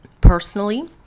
personally